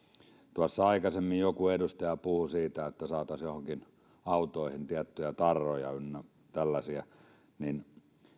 tuossa aikaisemmin joku edustaja puhui siitä että saataisiin joihinkin autoihin tiettyjä tarroja ynnä tällaisia se että